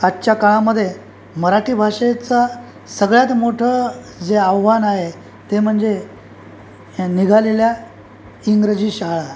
आजच्या काळामध्ये मराठी भाषेचा सगळ्यात मोठं जे आव्हान आहे ते म्हणजे निघालेल्या इंग्रजी शाळा